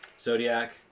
Zodiac